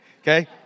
okay